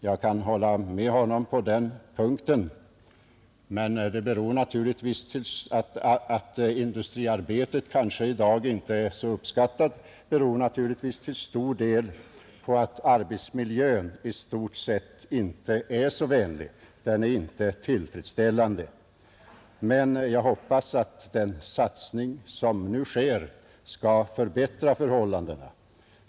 Jag kan hålla med honom om det. Men att industriarbetet i dag inte är särskilt uppskattat beror till stor del på att arbetsmiljön i regel inte är särskilt vänlig. Den är inte tillfredsställande. Men jag hoppas att den satsning som nu görs skall förbättra förhållandena.